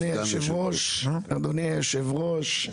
אדוני היושב-ראש,